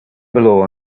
below